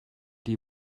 die